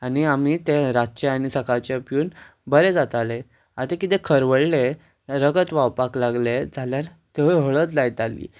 आनी आमी ते रातचे आनी सकाळचे पिवन बरे जाताले आनी तें कितें खरवडले रगत व्हांवपाक लागलें जाल्यार थंय हळद लायताली